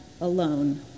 alone